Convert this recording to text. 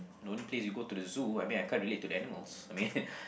the only place we go to the zoo I mean I can't relate to the animals I mean